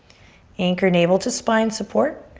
anchor navel to spine support.